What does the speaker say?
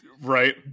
Right